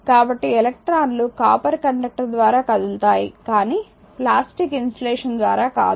కాబట్టి ఎలక్ట్రాన్లు copper conductor ద్వారా కదులుతాయి కానీ ప్లాస్టిక్ ఇన్సులేషన్ ద్వారా కాదు